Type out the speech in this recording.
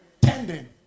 tending